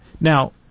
Now